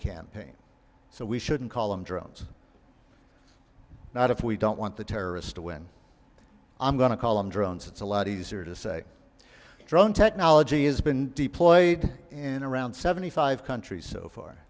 campaign so we shouldn't call them drones not if we don't want the terrorists to win i'm going to call them drones it's a lot easier to say drone technology has been deployed in around seventy five countries so far